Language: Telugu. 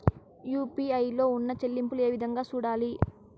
యు.పి.ఐ లో ఉన్న చెల్లింపులు ఏ విధంగా సూడాలి